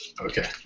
Okay